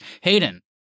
Hayden